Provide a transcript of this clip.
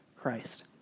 Christ